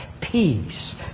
peace